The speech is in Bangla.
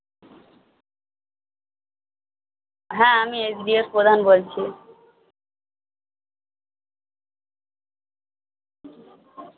হ্যাঁ আমি এস ডি এফ প্রধান বলছি